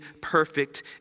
perfect